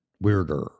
Weirder